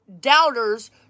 doubters